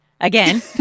again